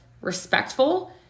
respectful